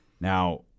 Now